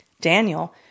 Daniel